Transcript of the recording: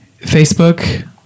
Facebook